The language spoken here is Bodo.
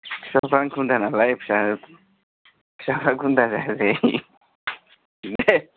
बिफाफ्रानो गुन्दा नालाय फिसा फिसाफ्रा गुन्दा जाया जायो